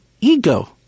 ego